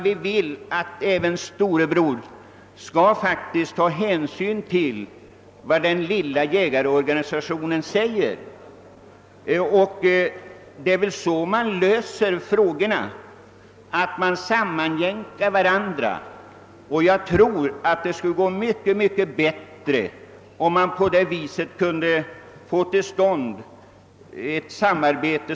Vi vill att storebror skall ta hänsyn till den lilla jägarorganisationen. En lösning måste åstadkommas genom att man sammanjämkar ståndpunkterna. Jag tror att det skulle gå mycket bättre om man på det sättet kunde få till stånd ett samarbete.